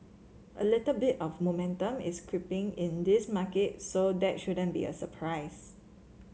a little bit of momentum is creeping in this market so that shouldn't be a surprise